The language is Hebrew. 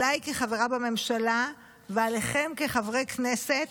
עליי כחברה בממשלה ועליכם כחברי כנסת,